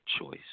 choice